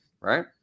Right